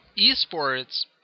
esports